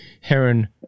Heron